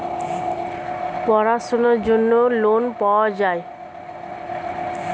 পড়াশোনার জন্য লোন পাওয়া যায়